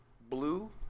blue